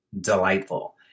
delightful